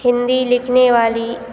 हिंदी लिखने वाली